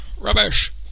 Rubbish